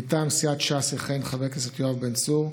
מטעם סיעת ש"ס יכהן חבר הכנסת יואב בן צור,